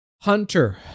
Hunter